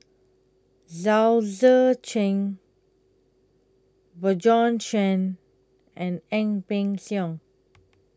Chao Tzee Cheng Bjorn Shen and Ang Peng Siong